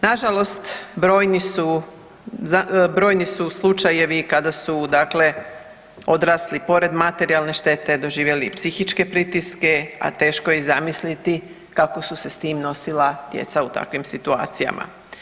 Nažalost brojni su slučajevi kada su odrasli pored materijalne štete doživjeli i psihičke pritiske, a teško je i zamisliti kako su se s tim nosila djeca u takvim situacijama.